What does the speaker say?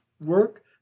work